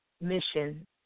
mission